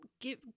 give